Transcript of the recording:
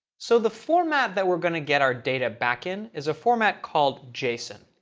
so the format that we're going to get our data back in is a format called json.